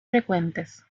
frecuentes